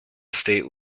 state